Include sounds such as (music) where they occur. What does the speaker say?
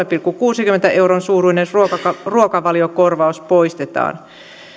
(unintelligible) pilkku kuudenkymmenen euron suuruinen ruokavaliokorvaus poistetaan